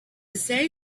say